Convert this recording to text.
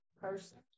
person